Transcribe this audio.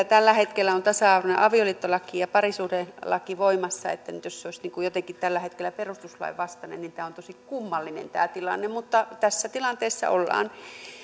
tällä hetkellä on tasa arvoinen avioliittolaki ja parisuhdelaki voimassa ja nyt jos se olisi jotenkin tällä hetkellä perustuslain vastainen niin on tosi kummallinen tämä tilanne mutta tässä tilanteessa ollaan